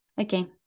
Okay